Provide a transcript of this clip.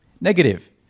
Negative